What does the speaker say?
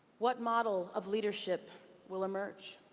what model of leadership will emerge?